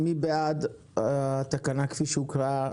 מי בעד התקנה כפי שהוקראה?